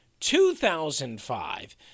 2005